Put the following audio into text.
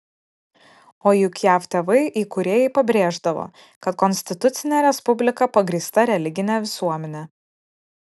o juk jav tėvai įkūrėjai pabrėždavo kad konstitucinė respublika pagrįsta religine visuomene